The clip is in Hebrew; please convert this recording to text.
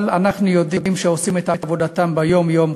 אבל אנחנו יודעים שהם עושים את עבודתם ביום-יום,